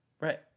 Right